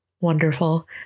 wonderful